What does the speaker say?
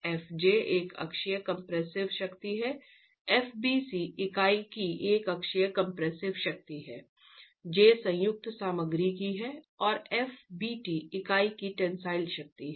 f j एक अक्षीय compressive शक्ति है f bc इकाई की एकअक्षीय कंप्रेसिव शक्ति है j संयुक्त सामग्री की है और f bt इकाई की टेंसाइल शक्ति है